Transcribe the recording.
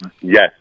Yes